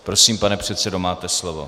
Prosím pane předsedo, máte slovo.